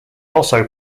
also